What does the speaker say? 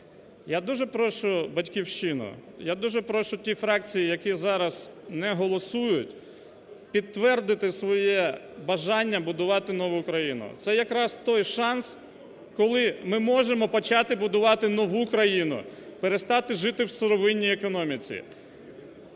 Я дуже прошу "Батьківщину", я дуже прошу ті фракції, які зараз не голосують підтвердити своє бажання будувати нову країну. Це якраз той шанс, коли ми можемо почати будувати нову країну, перестати жити в сировинній економіці.